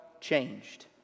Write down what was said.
changed